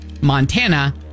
Montana